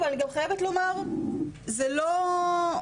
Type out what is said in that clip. אבל אני חייבת לומר שזה לא,